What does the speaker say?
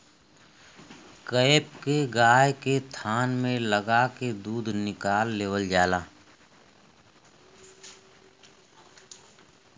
cap के गाय के थान में लगा के दूध निकाल लेवल जाला